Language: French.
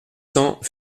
cents